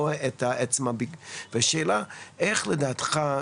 והשאלה איך לדעתך,